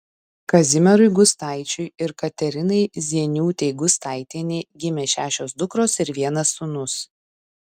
kazimierui gustaičiui ir katerinai zieniūtei gustaitienei gimė šešios dukros ir vienas sūnus